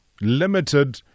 limited